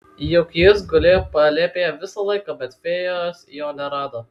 juk jis gulėjo palėpėje visą laiką bet fėjos jo nerado